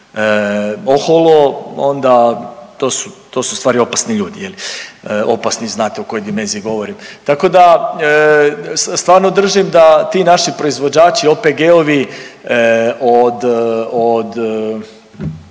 oholo onda to su ustvari opasni ljudi. Opasni znate u kojoj dimenziji govorim. Tako da stvarno držim da ti naši proizvođači, OPG-ovi od